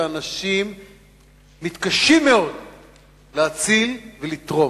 שאנשים מתקשים מאוד להציל ולתרום.